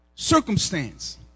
Circumstance